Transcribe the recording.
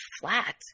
flat